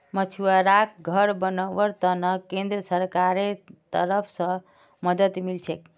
मछुवाराक घर बनव्वार त न केंद्र सरकारेर तरफ स मदद मिल छेक